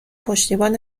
پشتیبان